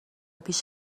پیش